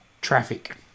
traffic